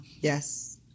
Yes